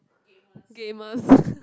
gamers